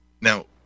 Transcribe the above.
now